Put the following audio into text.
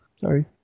Sorry